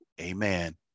Amen